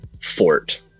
fort